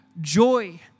joy